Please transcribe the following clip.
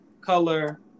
color